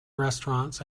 restaurants